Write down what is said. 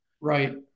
Right